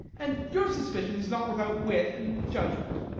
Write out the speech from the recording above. and your suspicion is not without wit and judgement.